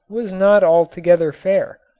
was not altogether fair,